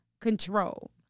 control